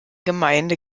gemeinde